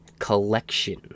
collection